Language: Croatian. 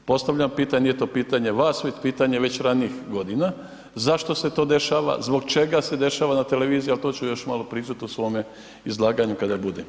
Postavljam pitanje, nije to pitanje vas već pitanje već ranijih godina, zašto se to dešava, zbog čega se to dešava na televiziji, ali to ću još malo pričat u svome izlaganju kada budem.